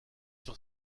sur